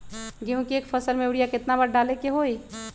गेंहू के एक फसल में यूरिया केतना बार डाले के होई?